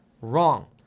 Wrong